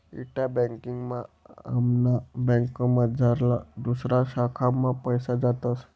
इंटा banking मा आमना बँकमझारला दुसऱा शाखा मा पैसा जातस